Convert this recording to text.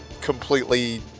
completely